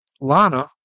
Lana